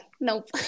nope